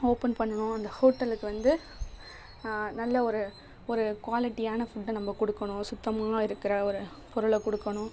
open பண்ணணும் அந்த ஹோட்டலுக்கு வந்து நல்ல ஒரு ஒரு குவாலிட்டியான ஃபுட்டை நம்ம கொடுக்கணும் சுத்தமாக இருக்கிற ஒரு பொருளை கொடுக்கணும்